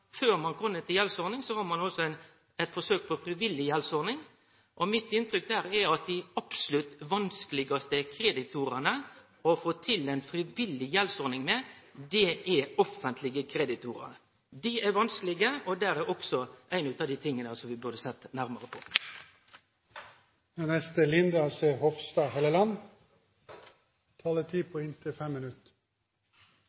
før ein kjem fram til ei gjeldsordning, gjer ein eit forsøk med ei frivillig gjeldsordning. Mitt inntrykk der er at dei absolutt vanskelegaste kreditorane ein kan få til ei frivillig gjeldsordning med, er offentlege kreditorar. Dei er vanskelege, og det er også ein av dei tinga vi burde sett nærmare på.